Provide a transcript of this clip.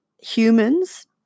humans